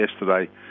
yesterday